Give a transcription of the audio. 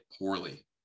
poorly